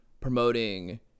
promoting